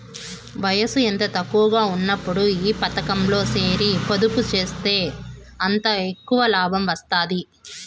వయసు ఎంత తక్కువగా ఉన్నప్పుడు ఈ పతకంలో సేరి పొదుపు సేస్తే అంత ఎక్కవ లాబం వస్తాది